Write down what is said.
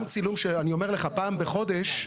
גם צילום של פעם בחודש,